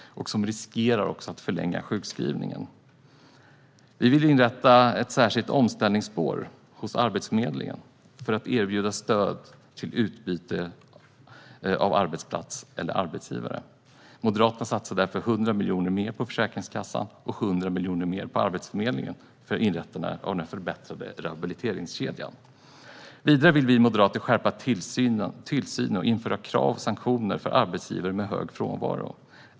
Det finns risk att det förlänger sjukskrivningen. Vi vill inrätta ett särskilt omställningsspår hos Arbetsförmedlingen för att erbjuda stöd för byte av arbetsplats eller arbetsgivare. Moderaterna satsar därför 100 miljoner mer på Försäkringskassan och 100 miljoner mer på Arbetsförmedlingen för inrättande av den förbättrade rehabiliteringskedjan. Vidare vill vi moderater skärpa tillsynen och införa krav och sanktioner för arbetsgivare med hög frånvaro.